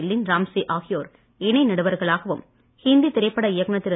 லின் Ramsay ஆகியோர் இணை நடுவர்களாகவும் ஹிந்தி திரைப்பட இயக்குனர் திரு